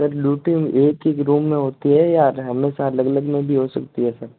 sir looting एक एक room में होती है या हमेशा अलग अलग में भी हो सकती है सर